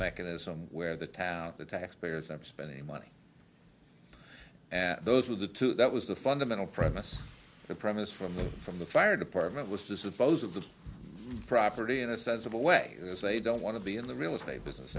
mechanism where the town the taxpayers never spend any money and those were the two that was the fundamental premise the premise from the from the fire department was to suppose of the property in a sensible way as they don't want to be in the real estate business